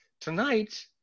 Tonight